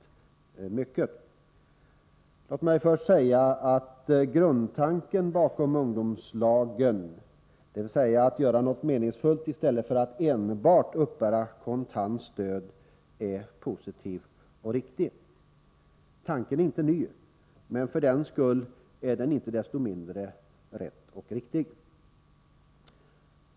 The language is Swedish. Inledningsvis vill jag säga att grundtanken bakom ungdomslagen — dvs. att ungdomarna skall göra något meningsfullt i stället för att enbart uppbära kontant stöd — är positiv och riktig. Tanken är inte ny, men för den skull inte desto mindre riktig.